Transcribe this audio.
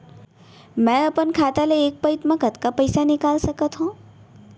मैं अपन खाता ले एक पइत मा कतका पइसा निकाल सकत हव?